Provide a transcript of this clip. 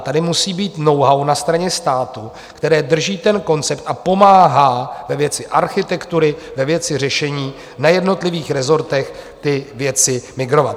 Tady musí být knowhow na straně státu, které drží koncept a pomáhá ve věci architektury, ve věci řešení na jednotlivých rezortech ty věci migrovat.